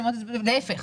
להיפך,